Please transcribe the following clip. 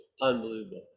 Unbelievable